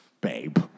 babe